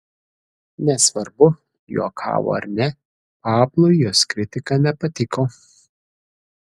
nesvarbu juokavo ar ne pablui jos kritika nepatiko